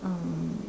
um